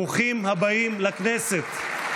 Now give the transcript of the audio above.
ברוכים הבאים לכנסת.